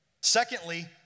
Secondly